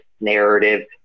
narrative